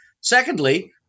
Secondly